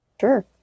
Sure